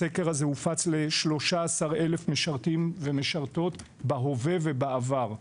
הסקר הזה הופץ ל-13,000 משרתים ומשרתות בהווה ובעבר.